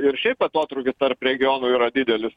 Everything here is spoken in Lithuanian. ir šiaip atotrūkis tarp regionų yra didelis